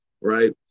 right